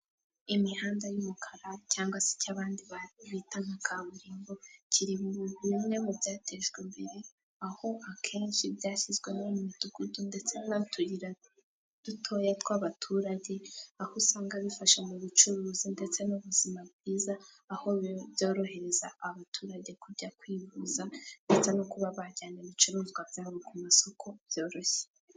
Imihanda y'umukara cyangwag se icy'abandi bita nka kaburimbo kiri mu bintu bimwe mu byatejwe imbere aho akenshi byashyizwemo mu midugudu ndetse n'utuyira dutoya tw'abaturage, aho usanga bifasha mu bucuruzi ndetse n'ubuzima bwiza, aho byorohereza abaturage kujya kwivuza ndetse no kuba bajyana ibicuruzwa byabo ku masoko byoroshye.